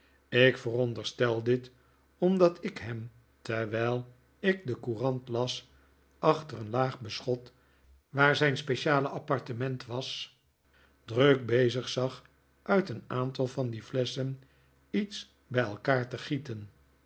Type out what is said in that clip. ik veronderstel dit omdat ik hem terwijl ik de courant las achter een laag beschot waar zijn speciale appartement was druk bezig zag uit een aantal van die flesschen iets bij elkaar te gieten